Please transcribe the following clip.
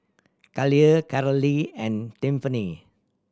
Khalil Carolee and Tiffany